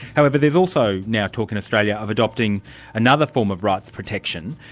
however there's also now talk in australia of adopting another form of rights protection,